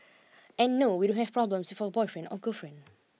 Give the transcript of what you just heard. and no we don't have problems with our boyfriend or girlfriend